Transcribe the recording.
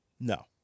No